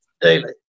daily